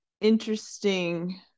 interesting